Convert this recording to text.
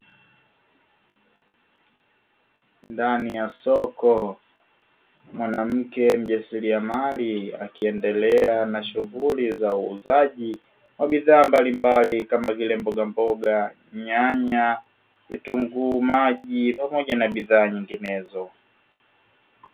Ndani ya soko mwanamke mjasiriamali akiendelea na shughuli za uuzaji wa bidhaa mbalimbali kama vile: mbogamboga, nyanya, vitunguu maji pamoja na bidhaa nyinginezo.